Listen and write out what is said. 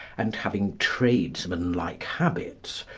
and having tradesman-like habits,